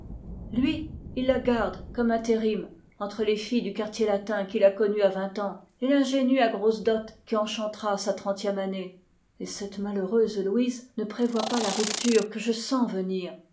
lui il la garde comme intérim entre les femmes du quartier latin qu'il a connues à vingt ans et la jeune fille riche qui enchantera sa trentième année la malheureuse louise ne prévoit pas la rupture que je sens venir